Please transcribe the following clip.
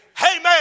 Amen